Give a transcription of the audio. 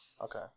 Okay